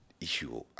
issue